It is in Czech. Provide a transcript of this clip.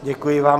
Děkuji vám.